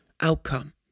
outcome